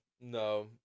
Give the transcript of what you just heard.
No